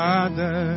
Father